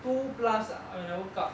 two plus ah when I woke up